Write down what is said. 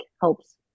helps